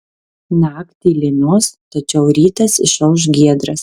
naktį lynos tačiau rytas išauš giedras